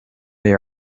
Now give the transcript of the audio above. they